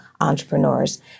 entrepreneurs